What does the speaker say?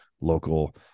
local